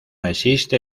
existe